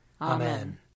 Amen